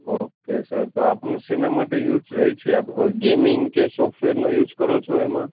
okay sir તો આપનું સેના માટે યુસ રહે છે આપ કોઇ ગેમિંગ કે સોફ્ટવેર નો યુસ કરો છો એમાં